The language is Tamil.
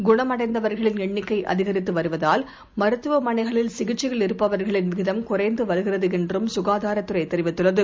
குணம்அடைந்தவர்களின்எண்ணிக்கைஅதிகரித்துவருவதால் மருத்துவமனைகளில்சிகிச்சையில்இருப்பவர்களின்விகிதம்குறைந்துவருகிறதுஎன் றும்சுகாதாரத்துறைதெரிவித்துள்ளது